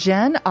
Jen